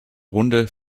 runde